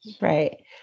Right